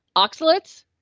oxalates,